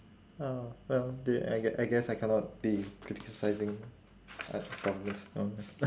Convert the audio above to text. uh well did I I gue~ I guess I cannot be criticising uh government's never mind